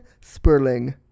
Sperling